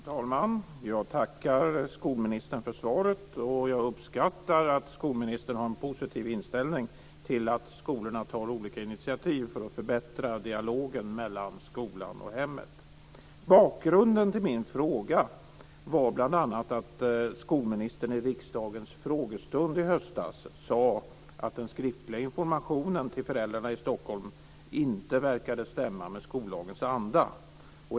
Fru talman! Jag tackar skolministern för svaret, och jag uppfattar att skolministern har en positiv inställning till att skolorna tar olika initiativ för att förbättra dialogen mellan skolan och hemmet. Bakgrunden till min fråga var bl.a. att skolministern i riksdagens frågestund i höstas sade att den skriftliga informationen till föräldrarna i Stockholm inte verkade stämma med skollagens anda.